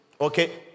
okay